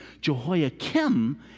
Jehoiakim